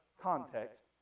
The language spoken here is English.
context